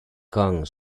gong